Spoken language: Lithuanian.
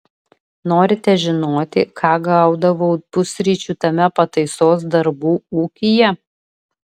norite žinoti ką gaudavau pusryčių tame pataisos darbų ūkyje